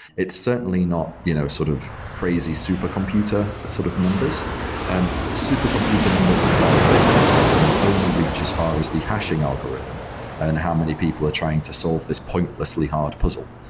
it's certainly not you know sort of crazy super computer sort of numbers and the super computer numbers as far as bitcoin is concerned only reach as far as the hashing algorithm and how many people are trying to solve these pointlessly hard puzzle.